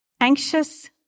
anxious